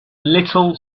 little